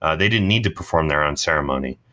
ah they didn't need to perform their own ceremony,